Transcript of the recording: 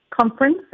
conference